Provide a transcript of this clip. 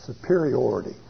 superiority